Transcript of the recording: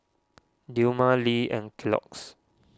Dilmah Lee and Kellogg's